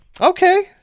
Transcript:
Okay